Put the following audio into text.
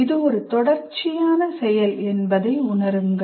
இது ஒரு தொடர்ச்சியான செயல் என்பதை உணருங்கள்